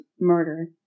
murder